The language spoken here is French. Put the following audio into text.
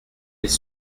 des